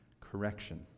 correction